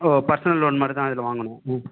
ஓ personal loan மாதிரி தான் இதில் வாங்கனும் ம்